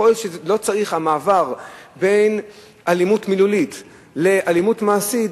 יכול להיות שהמעבר בין אלימות מילולית לאלימות מעשית,